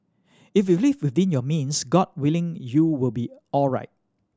if you live within your means God willing you will be alright